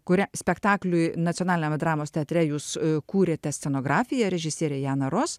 kurią spektakliui nacionaliniame dramos teatre jūs kūrėte scenografiją režisierė jana ros